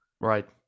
right